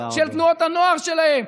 של תנועות הנוער שלהם,